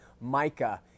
Micah